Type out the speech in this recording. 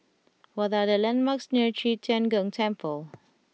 what are the landmarks near Qi Tian Gong Temple